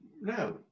no